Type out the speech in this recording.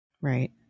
Right